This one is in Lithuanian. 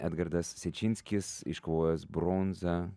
edgardas sečinskis iškovojęs bronzą